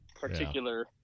particular